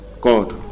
God